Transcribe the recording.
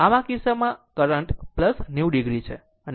આમ આ કિસ્સામાં કરંટ 90 o છે અને આ 0 o છે